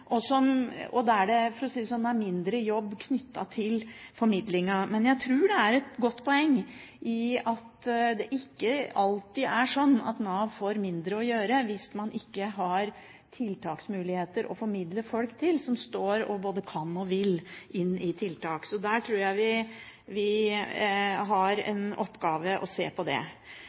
og inn av arbeidslivet, og der det, for å si det sånn, er mindre jobb knyttet til formidlingen. Men jeg tror det er et godt poeng i at det ikke alltid er sånn at Nav får mindre å gjøre hvis man ikke har tiltaksmuligheter å formidle folk som står og både kan og vil, til. Så der tror jeg vi har en oppgave – å se på det.